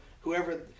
whoever